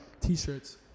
t-shirts